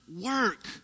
work